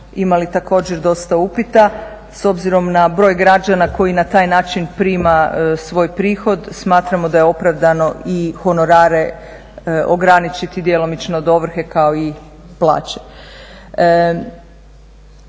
imali također dosta upita. S obzirom na broj građana koji na taj način prima svoj prihod smatramo da je opravdano i honorare ograničiti djelomično od ovrhe kao i plaće.